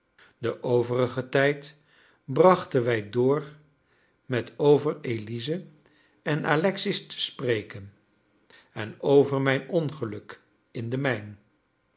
den overigen tijd brachten wij door met over elize en alexis te spreken en over mijn ongeluk in de mijn